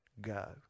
go